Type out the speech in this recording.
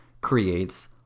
creates